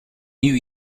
new